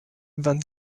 van